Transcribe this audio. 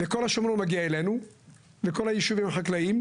כל השומרון מגיע אלינו וכל היישובים החקלאיים,